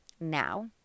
now